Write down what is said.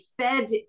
fed